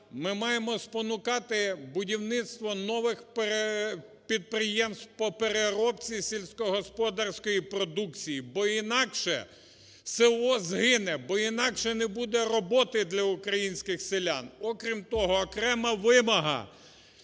Ми маємо спонукати будівництво нових підприємств по переробці сільськогосподарської продукції, бо інакше село згине, бо інакше не буде роботи для українських селян. Окрім того, окрема вимога